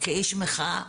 כאיש מחאה,